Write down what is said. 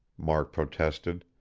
mark protested.